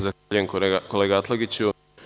Zahvaljujem, kolega Atlagiću.